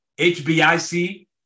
HBIC